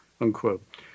unquote